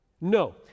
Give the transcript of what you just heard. No